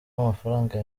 amafranga